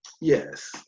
Yes